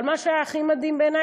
אבל מה שהיה הכי מדהים בעיני,